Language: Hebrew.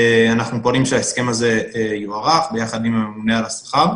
אנחנו פועלים שההסכם הזה יוארך ביחד עם מבנה השכר.